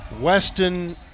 Weston